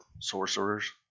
sorcerers